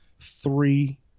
three